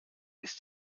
ist